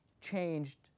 changed